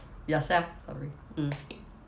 yourself sorry mm